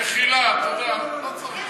מחילה, אתה יודע, לא צריך.